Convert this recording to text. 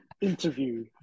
Interview